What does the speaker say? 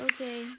Okay